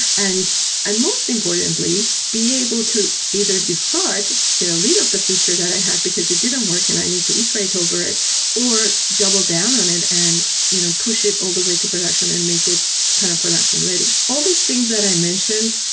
and and most importantly, be able to either discard you know of the feature that i had, because it didn't work and i need to iterate over it or double down on it and you know push it all the way to production and make it kind of production ready. all these things that i mentioned,